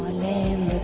name.